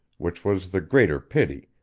which was the greater pity,